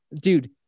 dude